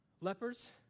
lepers